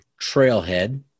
Trailhead